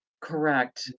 Correct